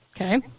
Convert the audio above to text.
Okay